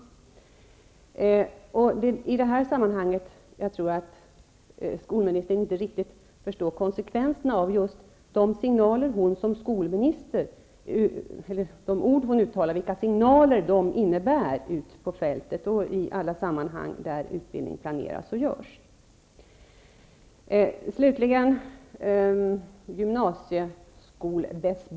Det är i detta sammanhang som jag inte tror att skolministern riktigt förstår konsekvenserna av de ord hon som skolminister uttalar och vilka signaler de innebär ute på fältet och i alla sammanhang där utbildning planeras och genomförs.